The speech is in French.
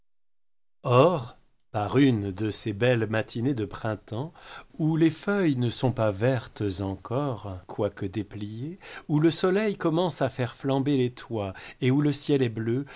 par une de ces belles matinées de printemps où les feuilles ne sont pas vertes encore quoique dépliées où le soleil commence à faire flamber les toits et où le ciel est bleu